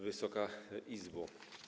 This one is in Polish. Wysoka Izbo!